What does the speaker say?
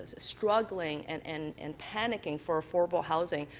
struggling and and and panicking for affordable housing,